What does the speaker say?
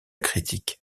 critique